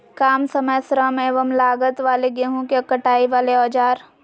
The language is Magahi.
काम समय श्रम एवं लागत वाले गेहूं के कटाई वाले औजार?